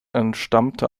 entstammte